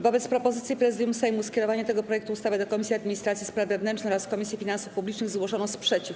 Wobec propozycji Prezydium Sejmu skierowania tego projektu ustawy do Komisji Administracji i Spraw Wewnętrznych oraz Komisji Finansów Publicznych zgłoszono sprzeciw.